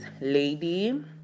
lady